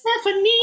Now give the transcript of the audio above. Stephanie